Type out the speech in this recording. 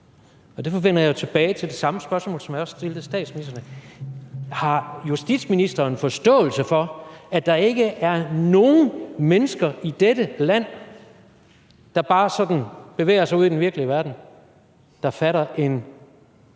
og derfor vender jeg jo tilbage til det samme spørgsmål, som jeg også stillede statsministeren: Har justitsministeren forståelse for, at der ikke er nogen mennesker i dette land, der bare sådan bevæger sig ude i den virkelige verden, der fatter en